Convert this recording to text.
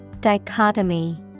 dichotomy